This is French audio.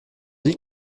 dit